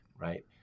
right